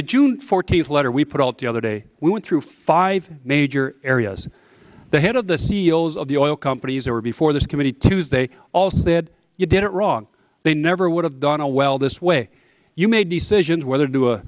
the june fourteenth letter we put out the other day we went through five major areas the head of the seals of the oil companies or before this committee tuesday also said you did it wrong they never would have done well this way you made decisions whether to